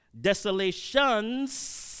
desolations